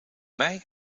mij